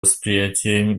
восприятия